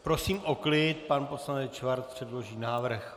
Prosím o klid, pan poslanec Schwarz předloží návrh.